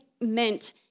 meant